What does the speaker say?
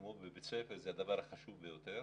כמו בבית ספר הוא הדבר החשוב ביותר.